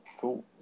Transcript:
cool